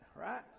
Right